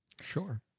Sure